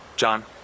John